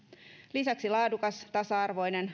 lisäksi laadukas tasa arvoinen